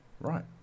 Right